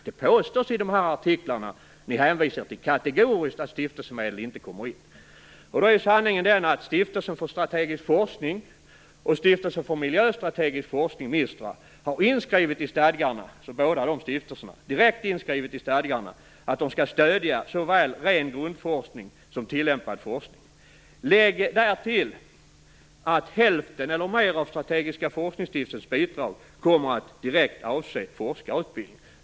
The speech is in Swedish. Det påstås kategoriskt i de artiklar ni hänvisar till att stiftelsemedel inte kommer in. Sanningen är den att Stiftelsen för strategisk forskning och Stiftelsen för miljöstrategisk forskning har direkt inskrivet i stadgarna att de skall stödja såväl ren grundforskning som tillämpad forskning. Lägg därtill att hälften eller mer av Strategiska forskningsstiftelsens bidrag kommer att direkt avse forskarutbildning.